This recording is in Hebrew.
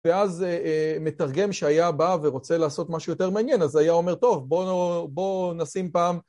ואז, מתרגם שהיה בא ורוצה לעשות משהו יותר מעניין, אז היה אומר, טוב, בוא... בוא נשים פעם...